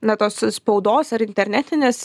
na tos spaudos ar internetinės